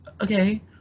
okay